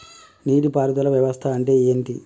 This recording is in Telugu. నీటి పారుదల వ్యవస్థ అంటే ఏంటి?